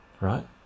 right